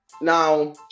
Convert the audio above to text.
Now